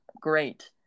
great